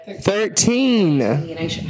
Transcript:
Thirteen